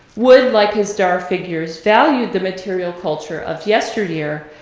wood, like his dar figures, valued the material culture of yesteryear,